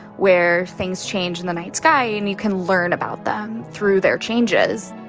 where things change in the night sky and you can learn about them through their changes